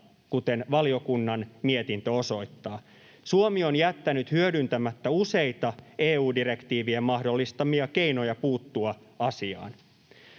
kuten valiokunnan mietintö osoittaa. Suomi on jättänyt hyödyntämättä useita EU-direktiivien mahdollistamia keinoja puuttua asiaan.